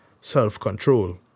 self-control